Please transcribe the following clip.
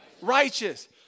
righteous